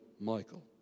Michael